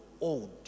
old